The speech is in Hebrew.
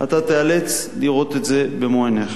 אתה תיאלץ לראות את זה במו-עיניך.